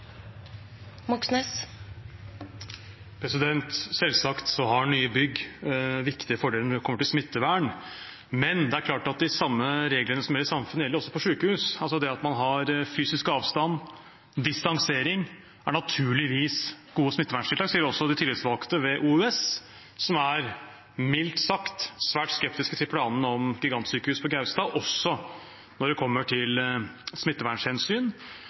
klart at de reglene som gjelder i samfunnet, gjelder også på sykehus. Det at man har fysisk avstand, distansering, er naturligvis gode smitteverntiltak. Det sier også de tillitsvalgte ved OUS, som er mildt sagt svært skeptiske til planene om gigantsykehus på Gaustad, også når det